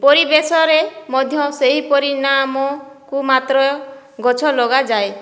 ପରିବେଶରେ ମଧ୍ୟ ସେହିପରି ନାମକୁ ମାତ୍ର ଗଛ ଲଗାଯାଏ